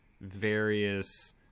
various